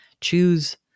Choose